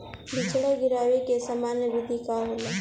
बिचड़ा गिरावे के सामान्य विधि का होला?